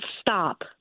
Stop